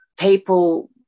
people